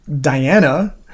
Diana